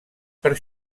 per